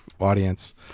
audience